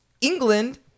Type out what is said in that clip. England